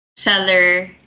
seller